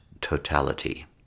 totality